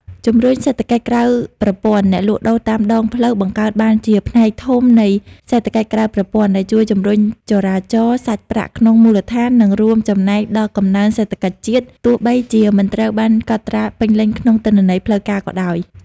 ជំរុញសេដ្ឋកិច្ចក្រៅប្រព័ន្ធអ្នកលក់ដូរតាមដងផ្លូវបង្កើតបានជាផ្នែកធំនៃសេដ្ឋកិច្ចក្រៅប្រព័ន្ធ ដែលជួយជំរុញចរាចរសាច់ប្រាក់ក្នុងមូលដ្ឋាន និងរួមចំណែកដល់កំណើនសេដ្ឋកិច្ចជាតិ ទោះបីជាមិនត្រូវបានកត់ត្រាពេញលេញក្នុងទិន្នន័យផ្លូវការក៏ដោយ ។